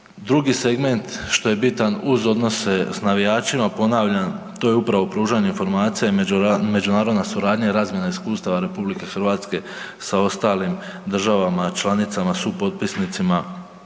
Drugi segment što je bitan uz odnose sa navijačima, ponavljam, to je upravo pružanje informacija i međunarodna suradnja i razmjena iskustava RH sa ostalim državama članicama, supotpisnicima